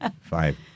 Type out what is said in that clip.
five